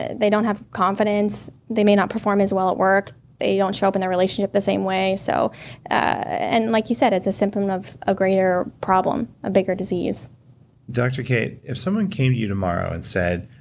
ah they don't have confidence. they may not perform as well at work they don't show up in the relationship the same way. so and like you said, it's a symptom of a greater problem, a bigger disease dr. kate, if someone came to you tomorrow and said,